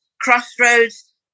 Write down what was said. Crossroads